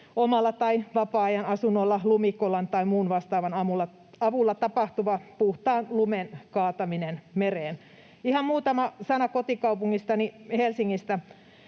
omalla tai vapaa-ajan asunnolla lumikolan tai muun vastaavan avulla tapahtuva puhtaan lumen kaataminen mereen. Ihan muutama sana kotikaupungistani Helsingistä.